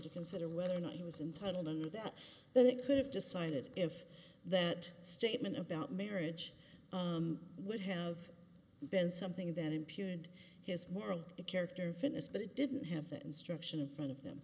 to consider whether or not he was entitle and that but it could have decided if that statement about marriage would have been something that imputed his moral character fitness but it didn't have the instruction in front of them